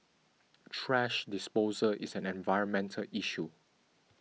trash disposal is an environmental issue